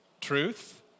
Truth